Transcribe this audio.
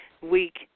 week